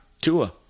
Tua